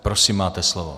Prosím máte slovo.